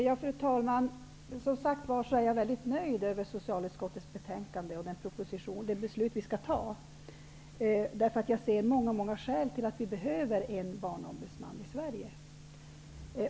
Fru talman! Jag är som sagt väldigt nöjd med socialutskottets betänkande och det beslut vi skall fatta, för jag ser många många skäl till att det behövs en Barnombudsman i Sverige.